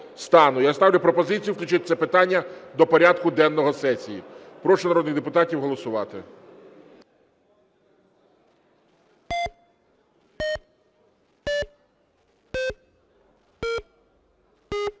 Я ставлю пропозицію включити це питання до порядку денного сесії. Прошу народних депутатів голосувати.